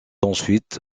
ensuite